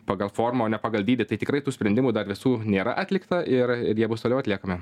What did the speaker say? pagal formą o ne pagal dydį tai tikrai tų sprendimų dar visų nėra atlikta ir ir jie bus toliau atliekami